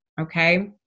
okay